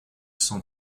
cent